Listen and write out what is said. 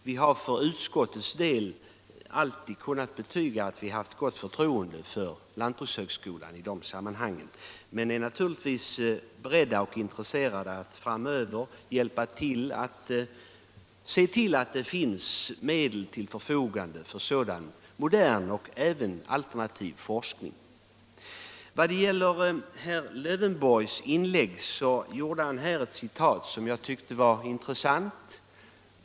Vi har för utskottets del alltid kunnat betyga att vi haft gott förtroende för lantbrukshögskolan i det sammanhanget. Men vi är naturligtvis intresserade av och beredda att framöver hjälpa till för att det skall finnas medel till förfogande för sådan modern och även alternativ forskning. Sedan sade herr Lövenborg någonting som jag tyckte var intressant.